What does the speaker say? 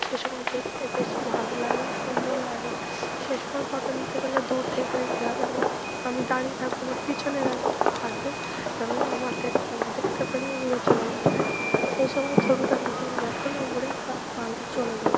সে সময় দেখতে বেশি ভালো লাগে আর সুন্দর লাগে সে সময় ফটো নিতে গেলে দূর থেকে নিতে হবে আমার আমি দাঁড়িয়ে থাকব আমার পিছনে যেন থাকবে যেন না আমার দেখতে পায় দেখতে পেলেই উড়ে চলে যাবে সে সময় ছবিটা নিতে হবে যতে না উড়ে তারা পালায় চলে যায়